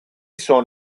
son